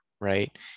right